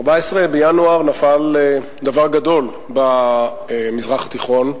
ב-14 בינואר נפל דבר גדול במזרח התיכון,